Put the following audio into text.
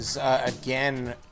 Again